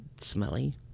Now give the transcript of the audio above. smelly